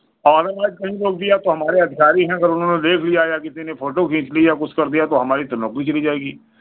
और अगर कहीं लोग भी हैं अगर तो हमारे अधिकारी हैं अगर उन्होंने देख लिया या किसी ने फ़ोटो खींच लिया कुछ कर दिया तो हमारी तो नौकरी चली जाएगी